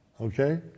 Okay